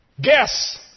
Guess